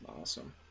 awesome